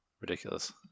ridiculous